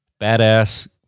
Badass